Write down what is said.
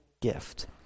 gift